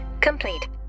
complete